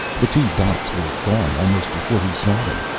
the two dots were gone almost before he saw them.